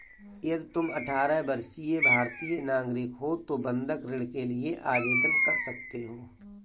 यदि तुम अठारह वर्षीय भारतीय नागरिक हो तो बंधक ऋण के लिए आवेदन कर सकते हो